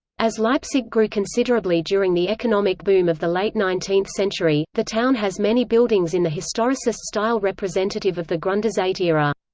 as leipzig grew considerably during the economic boom of the late nineteenth century, the town has many buildings in the historicist style representative of the grunderzeit era.